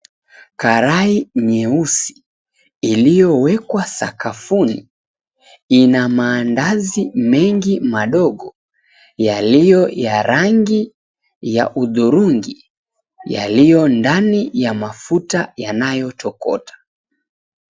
Karai nyeusi iliyowekwa sakafuni ina mandazi mengi madogo yaliyo ya rangi ya hudhurungi yaliyo ndani ya mafuta yanayotokota.